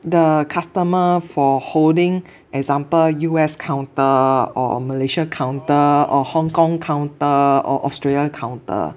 the customer for holding example U_S counter or Malaysia counter or Hong Kong counter or Australia counter